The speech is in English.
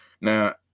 Now